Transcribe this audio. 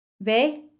Ve